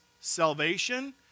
salvation